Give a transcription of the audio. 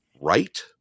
right